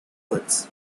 goods